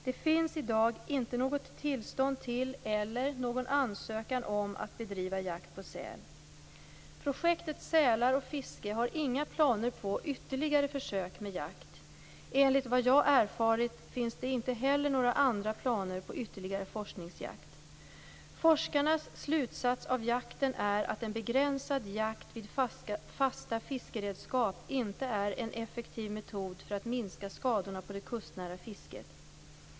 Det finns i dag inte något tillstånd till, eller någon ansökan om, att bedriva jakt på säl. Projektet Sälar och Fiske har inga planer på ytterligare försök med jakt. Enligt vad jag erfarit finns det inte heller några andra planer på ytterligare forskningsjakt. Forskarnas slutsats av jakten är att en begränsad jakt vid fasta fiskeredskap inte är en effektiv metod för att minska skadorna på det kustnära fisket.